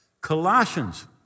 Colossians